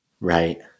Right